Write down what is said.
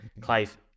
Clive